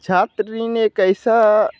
छात्र ऋण एक ऐसा